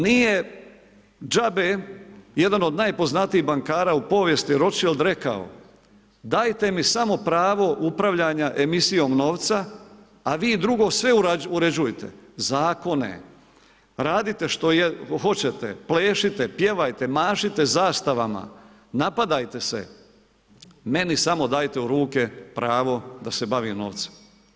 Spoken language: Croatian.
Nije džabe jedan od najpoznatijih bankara u povijesti Rothschild rekao, dajte mi samo pravo upravljanja emisijom novca, a vi drugo sve uređujte, zakone, radite što hoćete, plešite, pjevajte, mašite zastavama, napadajte se, meni samo dajte u ruke pravo da se bavim novcem.